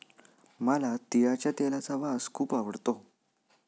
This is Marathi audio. मला तिळाच्या तेलाचा वास खूप आवडतो